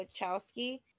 Wachowski